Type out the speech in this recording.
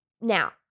Now